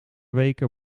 weken